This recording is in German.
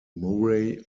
murray